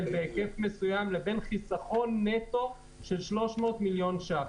בהיקף מסוים לבין חיסכון נטו של 300 מיליון שקל.